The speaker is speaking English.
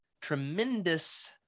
tremendous